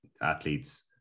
athletes